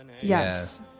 Yes